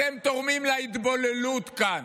אתם תורמים להתבוללות כאן.